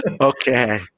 Okay